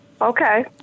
Okay